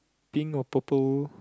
pink or purple